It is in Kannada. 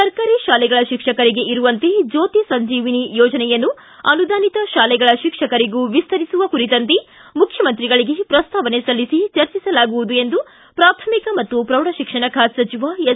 ಸರ್ಕಾರಿ ಶಾಲೆಗಳ ಶಿಕ್ಷಕರಿಗೆ ಇರುವಂತೆ ಜ್ಯೋತಿ ಸಂಜೀವಿನಿ ಯೋಜನೆಯನ್ನು ಅನುದಾನಿತ ಶಾಲೆಗಳ ಶಿಕ್ಷಕರಿಗೂ ವಿಸ್ತರಿಸುವ ಕುರಿತಂತೆ ಮುಖ್ಯಮಂತ್ರಿಗಳಿಗೆ ಪ್ರಸ್ತಾವನೆ ಸಲ್ಲಿಸಿ ಚರ್ಚಿಸಲಾಗುವುದು ಎಂದು ಪ್ರಾಥಮಿಕ ಮತ್ತು ಪ್ರೌಢಶಿಕ್ಷಣ ಸಚಿವ ಎಸ್